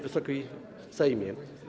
Wysoki Sejmie!